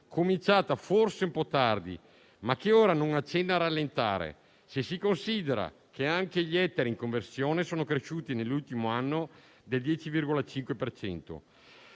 cominciata forse un po' tardi, ma che ora non accenna a rallentare, se si considera che anche gli ettari in conversione sono cresciuti nell'ultimo anno del 10,5